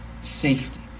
Safety